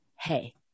Hey